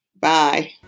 Bye